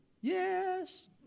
Yes